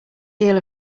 deal